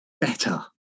better